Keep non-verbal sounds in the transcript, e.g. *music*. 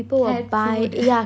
cat food *laughs*